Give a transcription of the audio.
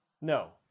No